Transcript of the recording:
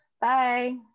Bye